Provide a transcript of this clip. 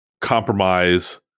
compromise